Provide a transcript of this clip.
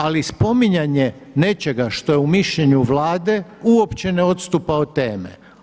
Ali spominjanje nečega što je u mišljenju Vlade uopće ne odstupa od teme.